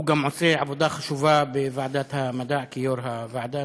הוא גם עושה עבודה חשובה בוועדת המדע כיושב-ראש הוועדה.